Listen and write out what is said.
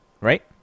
Right